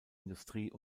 industrie